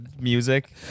music